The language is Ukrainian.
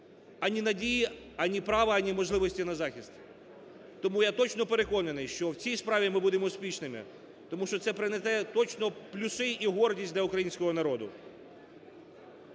ані надії, ані права, ані можливості на захист. Тому я точно переконаний, що в цій справі ми будемо успішними, тому що це принесе точно плюси і гордість для українського народу.